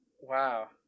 Wow